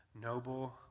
noble